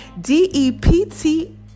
d-e-p-t